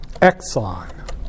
Exxon